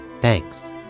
Thanks